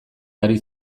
ari